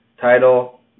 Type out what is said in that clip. title